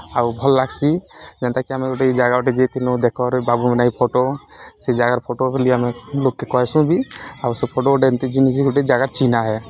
ଆଉ ଭଲ୍ ଲାଗ୍ସି ଯେନ୍ତାକି ଆମେ ଗୁଟେ ଇ ଜାଗା ଗୁଟେ ଯାଇଥିନୁ ଦେଖରେ ବାବୁମନେ ଇ ଫଟୋ ସେ ଜାଗାର୍ ଫଟୋ ବୋଲି ଆମେ ଲୋକ୍କେ କହେସୁ ବି ଆଉ ସେ ଫଟୋ ଗୁଟେ ଏନ୍ତି ଜିନିଷ୍ ଗୁଟେ ଜାଗାର୍ ଚିହ୍ନା ଏ